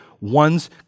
one's